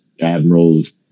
Admirals